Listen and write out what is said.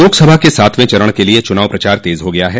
लोकसभा के सातवें चरण के लिए चुनाव प्रचार तेज हो गया है